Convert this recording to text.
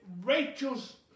Rachel's